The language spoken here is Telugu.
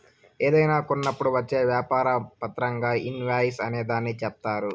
ఏదైనా కొన్నప్పుడు వచ్చే వ్యాపార పత్రంగా ఇన్ వాయిస్ అనే దాన్ని చెప్తారు